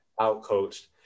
out-coached